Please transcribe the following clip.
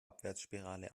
abwärtsspirale